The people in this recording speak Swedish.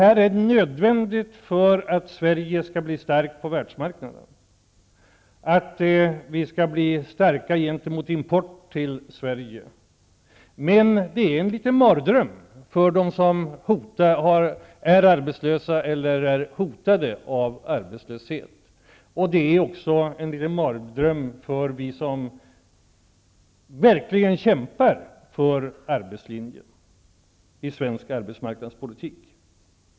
Detta är nödvändigt för att Sverige skall bli starkt på världsmarknaden, för att vi skall bli starka gentemot import till Sverige. Det är en liten mardröm för dem som är arbetslösa och dem som hotas av arbetslöshet. Det är också en liten mardröm för oss som verkligen kämpar för arbetslinjen i svensk arbetsmarknadspolitik.